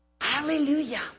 Hallelujah